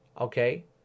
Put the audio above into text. okay